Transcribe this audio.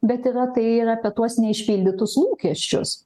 bet yra tai ir apie tuos neišpildytus lūkesčius